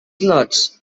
lots